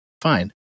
fine